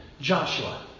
Joshua